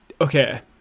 okay